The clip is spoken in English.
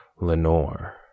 Lenore